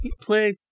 play